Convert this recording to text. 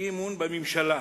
אי-אמון בממשלה,